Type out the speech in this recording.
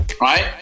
right